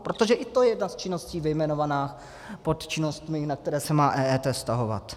Protože i to je jedna z činností vyjmenovaná pod činnostmi, na které se má EET vztahovat.